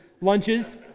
lunches